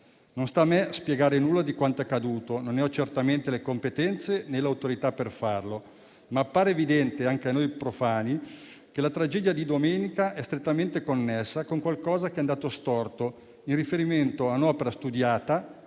Non sta a me spiegare nulla di quanto accaduto, non ho certamente le competenze, né l'autorità per farlo, ma appare evidente anche a noi profani che la tragedia di domenica è strettamente connessa a qualcosa che è andato storto in riferimento a un'opera studiata,